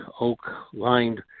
oak-lined